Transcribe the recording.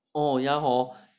oh ya hor